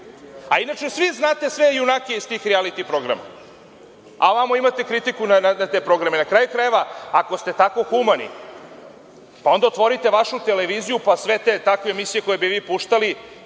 a inače svi znate sve junake iz tih rijaliti programa, a ovamo imate kritiku na te programe. Na kraju krajeva, ako ste tako humani, onda otvorite vašu televiziju, pa sve te takve emisije koje bi vi puštali,